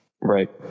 Right